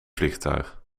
vliegtuig